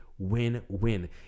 Win-win